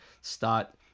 start